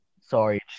sorry